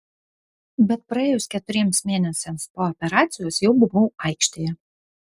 bet praėjus keturiems mėnesiams po operacijos jau buvau aikštėje